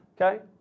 Okay